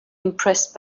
impressed